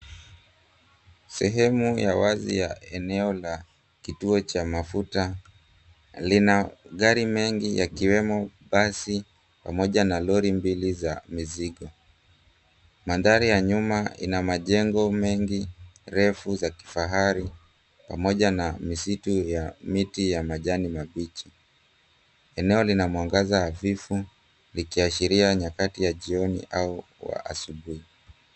Sehemu ya wazi ya eneo la kituo cha mafuta, lina gari mengi yakiwemo basi, pamoja na lori mbili za mizigo. Mandhari ya nyuma ina majengo mengi refu za kifahari, pamoja na misitu ya miti ya majani mabichi. Eneo lina mwangaza hafifu, likiashiria nyakati ya jioni au wa asubuhi.